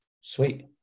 sweet